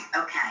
okay